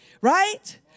Right